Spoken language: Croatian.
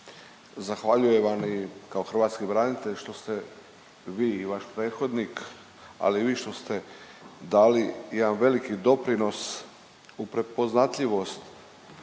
zahvaljujem vam i kao hrvatski branitelj što ste vi i vaš prethodnik, ali i vi što ste dali jedan veliki doprinos u prepoznatljivost.